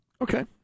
Okay